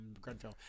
Grenfell